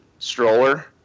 Stroller